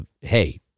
Hey